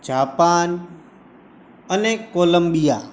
Japan અને Columbia